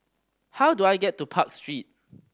how do I get to Park Street